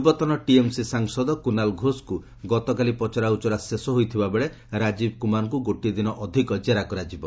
ପୂର୍ବତନ ଟିଏମ୍ସି ସାଂସଦ କୁନାଲ୍ ଘୋଷଙ୍କୁ ଗତକାଲି ପଚରା ଉଚରା ଶେଷ ହୋଇଥିବାବେଳେ ରାଜୀବ୍ କୁମାରଙ୍କୁ ଗୋଟିଏ ଦିନ ଅଧିକ ଜେରା କରାଯିବ